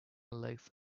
legs